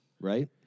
right